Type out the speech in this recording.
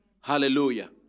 Hallelujah